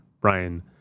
Brian